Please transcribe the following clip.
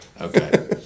Okay